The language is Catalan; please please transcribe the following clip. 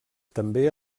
també